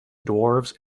dwarves